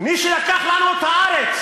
מי שלקח לנו את הארץ,